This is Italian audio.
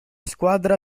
squadra